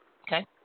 Okay